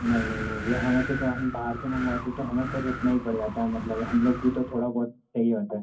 नहीं नहीं नहीं भैया हमें तो तो हम बाहर से मँगवाते तो हमें ख़ुद इतना ही पड़ जाता है मतलब हम लोग को भी थोड़ा बहुत चाहिए होता है